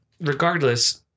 regardless